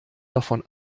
davon